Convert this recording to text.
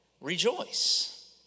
rejoice